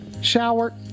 Shower